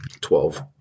Twelve